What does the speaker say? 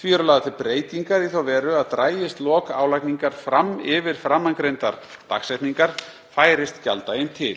því lagðar til breytingar í þá veru að dragist lok álagningar fram yfir framangreindar dagsetningar færist gjalddaginn til.